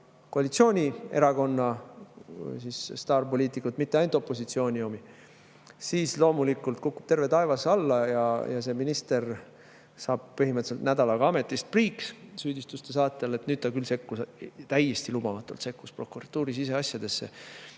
koalitsioonierakonna staarpoliitikut, mitte ainult opositsiooni omi, siis loomulikult kukub terve taevas alla ja see minister saab põhimõtteliselt nädalaga ametist priiks süüdistuste saatel, et nüüd ta küll täiesti lubamatult sekkus prokuratuuri siseasjadesse